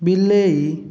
ବିଲେଇ